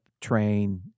train